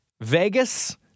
Vegas